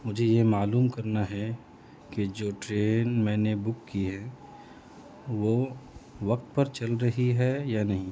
مجھے یہ معلوم کرنا ہے کہ جو ٹرین میں نے بک کی ہے وہ وقت پر چل رہی ہے یا نہیں